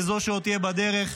וזה שעוד יהיה בדרך,